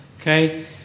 okay